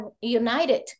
united